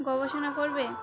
গবেষণা করবে